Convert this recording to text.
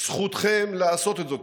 זכותכם לעשות את זאת,